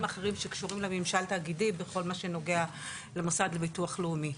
אחרים שקשורים לממשל תאגידי בכל מה שנוגע למוסד לביטוח לאומי.